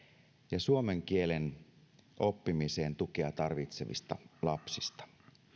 ja suomen kielen oppimiseen tukea tarvitsevista lapsista